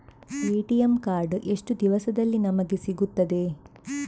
ATM card ಎಷ್ಟು ದಿವಸದಲ್ಲಿ ನಮಗೆ ಸಿಗುತ್ತದೆ?